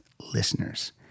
listeners